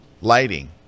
lighting